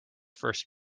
first